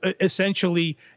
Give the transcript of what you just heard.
essentially